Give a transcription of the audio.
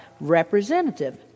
representative